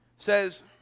says